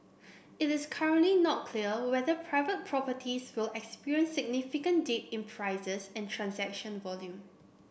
it is currently not clear whether private properties will experience significant dip in prices and transaction volume